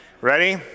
Ready